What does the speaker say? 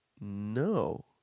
no